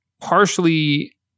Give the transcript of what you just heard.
partially